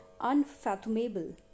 unfathomable